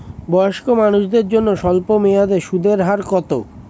বয়স্ক মানুষদের জন্য স্বল্প মেয়াদে সুদের হার কত?